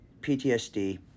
ptsd